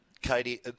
Katie